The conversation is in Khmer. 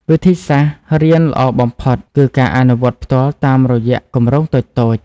វិធីសាស្ត្ររៀនល្អបំផុតគឺការអនុវត្តផ្ទាល់តាមរយៈគម្រោងតូចៗ។